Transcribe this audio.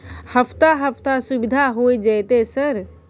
हफ्ता हफ्ता सुविधा होय जयते सर?